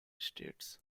estates